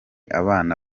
abana